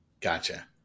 gotcha